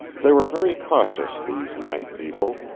they were very cautious, these night people,